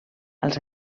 als